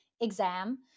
exam